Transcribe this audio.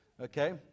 okay